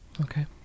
Okay